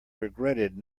regretted